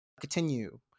Continue